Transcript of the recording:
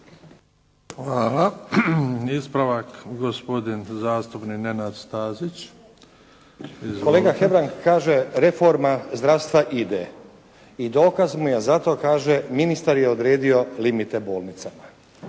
Stazić. Izvolite. **Stazić, Nenad (SDP)** Kolega Hebrang kaže reforma zdravstva ide i dokaz mu je za to kaže ministar je odredio limite bolnicama.